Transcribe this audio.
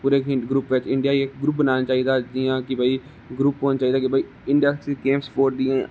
पूरे ग्रुप बिच इंडिया गी ग्रुप बनाना चाहिदा जियां कि भाई ग्रुप होना चाहिदा के भाई इडियां गेमस होआ करदी ना